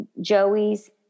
Joey's